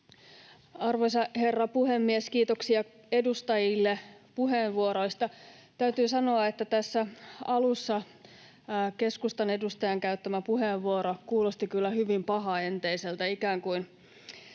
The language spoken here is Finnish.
Arvoisa herra puhemies! Kiitoksia edustajille puheenvuoroista. Täytyy sanoa, että tässä alussa keskustan edustajan käyttämä puheenvuoro kuulosti kyllä hyvin pahaenteiseltä,